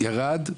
ירד,